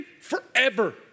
forever